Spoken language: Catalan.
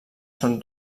són